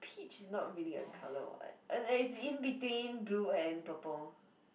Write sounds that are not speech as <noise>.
peach is not really a colour [what] <noise> is in between blue and purple